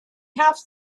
have